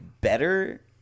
better